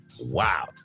Wow